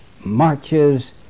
marches